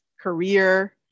career